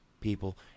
people